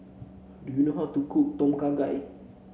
do you know how to cook Tom Kha Gai